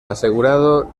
asegurado